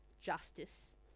justice